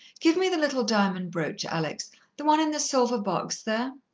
give me the little diamond brooch, alex the one in the silver box there.